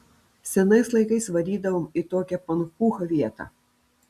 senais laikais varydavom į tokią pankūchą vietą